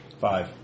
Five